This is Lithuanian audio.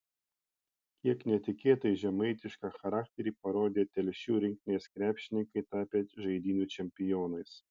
kiek netikėtai žemaitišką charakterį parodė telšių rinktinės krepšininkai tapę žaidynių čempionais